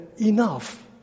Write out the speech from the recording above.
enough